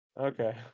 Okay